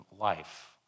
life